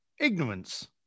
Ignorance